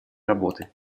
работы